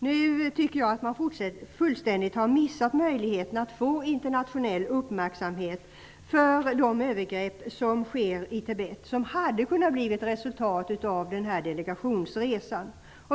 Jag tycker att man fullständigt har missat möjligheten att få internationell uppmärksamhet för de övergrepp som sker i Tibet, vilket hade kunnat bli resultatet av delegationsresan.